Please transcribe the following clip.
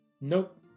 Nope